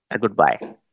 goodbye